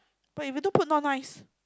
but if you don't put not nice